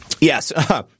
Yes